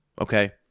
Okay